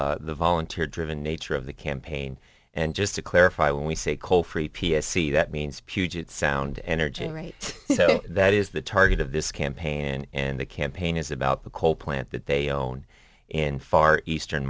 of the volunteer driven nature of the campaign and just to clarify when we say coal free p s c that means puget sound energy right that is the target of this campaign and the campaign is about the coal plant that they own in far eastern